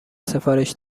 سفارش